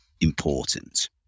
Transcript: important